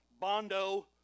Bondo